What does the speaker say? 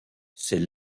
ses